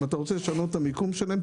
אם אתה רוצה לשנות את המיקום שלהם,